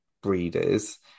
breeders